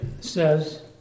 says